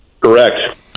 Correct